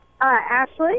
Ashley